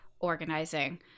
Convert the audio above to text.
organizing